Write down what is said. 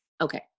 Okay